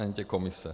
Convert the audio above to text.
Ani ty komise.